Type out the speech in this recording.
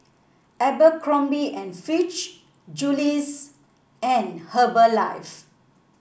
Abercrombie and Fitch Julie's and Herbalife